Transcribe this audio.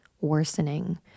worsening